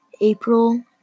April